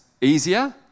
easier